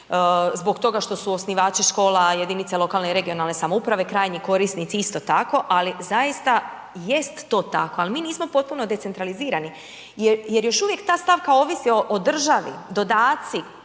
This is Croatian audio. zbog toga što su osnivači škola jedinice lokalne i regionalne samouprave, krajnji korisnici isto tako, ali zaista jest to tako. Ali, mi nismo potpuno decentralizirani jer još uvijek ta stavka ovisi o državi. Dodaci,